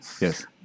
Yes